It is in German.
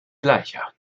gleicher